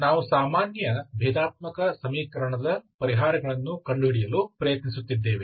ನಾವು ಸಾಮಾನ್ಯ ಭೇದಾತ್ಮಕ ಸಮೀಕರಣದ ಪರಿಹಾರಗಳನ್ನು ಕಂಡುಹಿಡಿಯಲು ಪ್ರಯತ್ನಿಸುತ್ತಿದ್ದೇವೆ